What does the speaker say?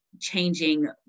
changing